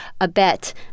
abet